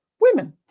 women